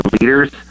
leaders